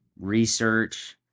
research